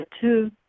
two